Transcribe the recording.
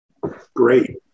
great